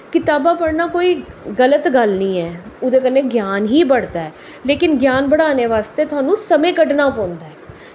कताबां पढ़ना कोई गल्त गल्ल नी ऐ ओह्दे कन्नै ज्ञान ही बढ़दा ऐ लेकिन ज्ञान बढ़ाने बास्तै थोआनू समें कड्ढना पौंदा ऐ